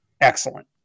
excellent